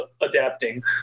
adapting